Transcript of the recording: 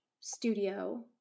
studio